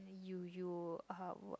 you you uh what